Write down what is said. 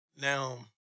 Now